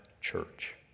church